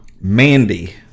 Mandy